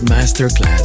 Masterclass